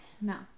No